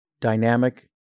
dynamic